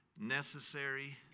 necessary